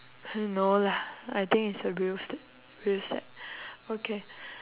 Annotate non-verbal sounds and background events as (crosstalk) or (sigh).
(noise) no lah I think it's a real set real set okay